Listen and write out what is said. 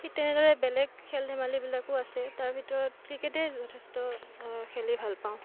ঠিক তেনেদৰে বেলেগ খেল ধেমালিবিলাকো আছে তাৰ ভিতৰত ক্ৰিকেটেই যথেষ্ট খেলি ভালপাওঁ